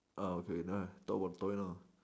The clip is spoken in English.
ah okay then talk about the toy now